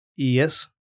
yes